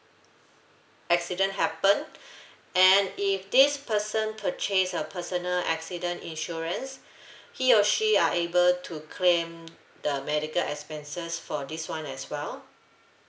accident happened and if this person purchase a personal accident insurance he or she are able to claim the medical expenses for this [one] as well